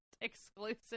exclusive